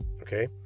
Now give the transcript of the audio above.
okay